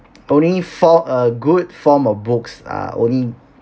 only for a good form of books are only